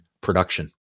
production